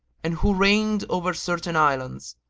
and who reigned over certain islands,